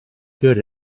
good